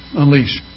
unleash